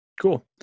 Cool